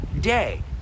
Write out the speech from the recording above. day